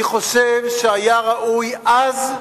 אני חושב שהיה ראוי אז,